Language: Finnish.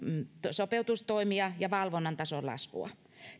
sopeutustoimia ja valvonnan tason laskua